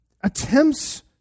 attempts